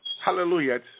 Hallelujah